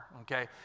okay